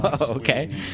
Okay